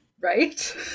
Right